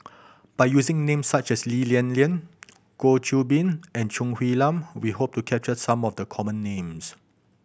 by using names such as Lee Lian Lian Goh Qiu Bin and Choo Hwee Lim we hope to capture some of the common names